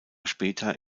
später